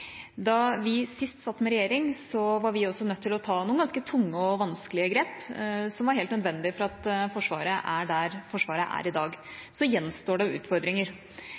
Da vi sist satt med regjering, var vi også nødt til å ta noen ganske tunge og vanskelige grep, som var helt nødvendig for at Forsvaret er der det er i dag. Så gjenstår det utfordringer.